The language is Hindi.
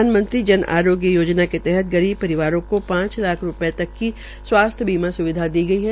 प्रधानमंत्री जन आरोग्य योजना के तहत गरीब परिवारों का पांच लाख रूपये तक की स्वास्थ्य बीमा स्विधा दी गई है